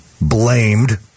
blamed